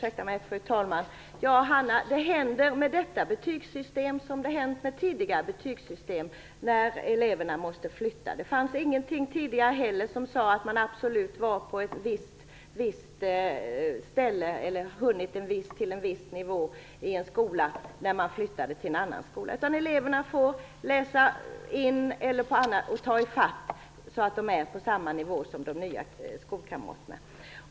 Fru talman! Det händer samma sak med detta betygssystem som med andra betygssystem när eleverna måste flytta. Det fanns inte heller tidigare någonting som sade att man absolut måste ha hunnit till en viss nivå i en skola när man flyttade till en annan skola. Eleverna får läsa in så att de kommer till samma nivå som de nya skolkamraterna.